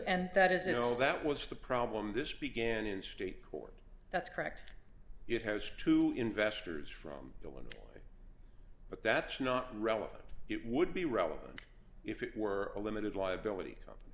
and that is you know that was the problem this began in state court that's correct it has to investors from illinois but that's not relevant it would be relevant if it were a limited liability company